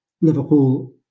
Liverpool